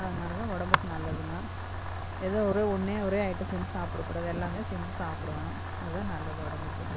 அதனால தான் உடம்புக்கு நல்லதுங்க எதோ ஒரு ஒன்னே ஒரே ஐட்டம் செஞ்சு சாப்புடக்கூடாது எல்லாமே செஞ்சு சாப்பிடணும் அதான் நல்லது உடம்புக்கு